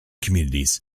communities